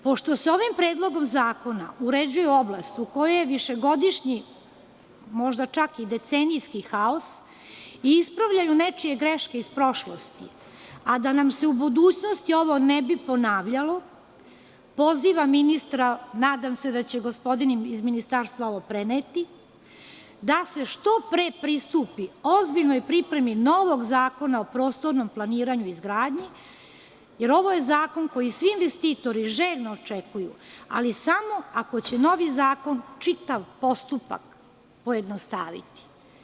Pošto se ovim predlogom zakona uređuje oblast u kojoj je višegodišnji, možda čak i decenijski haos i ispravljaju nečije greške iz prošlosti, a da nam se u budućnosti ovo ne bi ponavljalo, pozivam ministra, nadam se da će gospodin iz ministarstva ovo preneti, da se što pre pristupi ozbiljnoj pripremi novog zakona o prostornom planiranju i izgradnji, jer ovo je zakon koji svi investitori željno očekuju, ali samo ako će novi zakon čitav postupak pojednostaviti.